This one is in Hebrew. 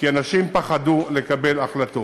כי אנשים פחדו לקבל החלטות.